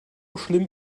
schlimm